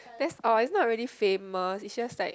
that's all it's not really famous it's just like